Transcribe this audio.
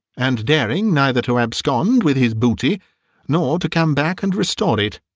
and daring neither to abscond with his booty nor to come back and restore it.